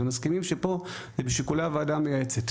אתם מסכימים שפה זה בשיקולי הוועדה המייעצת,